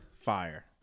Fire